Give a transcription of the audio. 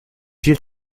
viel